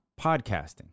Podcasting